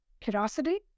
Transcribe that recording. curiosity